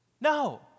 No